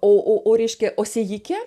o o o reiškia o sėjike